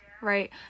Right